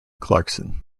clarkson